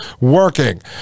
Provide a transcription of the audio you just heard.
working